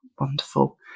wonderful